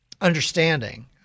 understanding